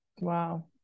Wow